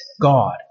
God